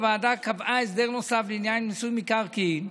הוועדה קבעה הסדר נוסף לעניין מיסוי מקרקעין.